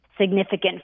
significant